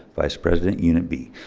vice president, unit b.